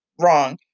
wrong